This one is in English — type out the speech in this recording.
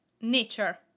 nature